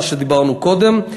מה שדיברנו קודם.